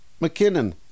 mckinnon